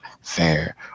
fair